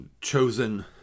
chosen